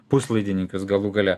puslaidininkius galų gale